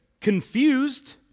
confused